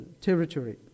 territory